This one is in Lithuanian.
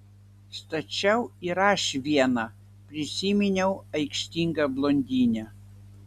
stačiau ir aš vieną prisiminiau aikštingą blondinę